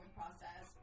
process